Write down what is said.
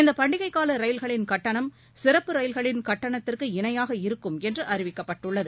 இந்த பண்டிகை கால ரயில்களின் கட்டணம் சிறப்பு ரயில்களின் கட்டணத்திற்கு இணையாக இருக்கும் என்று அறிவிக்கப்பட்டுள்ளது